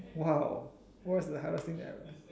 !wah! what's the hardest thing I